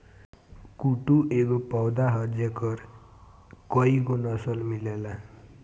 कुटू एगो पौधा ह जेकर कएगो नसल मिलेला